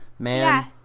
Man